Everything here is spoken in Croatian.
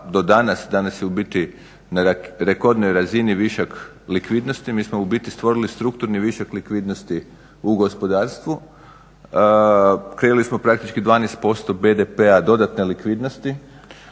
danas je u biti na rekordnoj razini višak likvidnosti. Mi smo ubiti stvorili strukturni višak likvidnosti u gospodarstvu, kreirali smo praktički 12% BDP-a dodatne likvidnosti